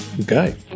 Okay